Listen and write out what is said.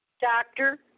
doctor